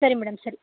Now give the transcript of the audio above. ಸರಿ ಮೇಡಮ್ ಸರಿ